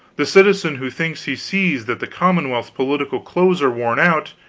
the citizen who thinks he sees that the commonwealth's political clothes are worn out,